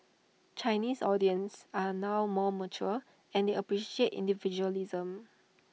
Chinese audience are now more mature and they appreciate individualism